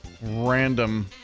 random